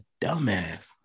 dumbass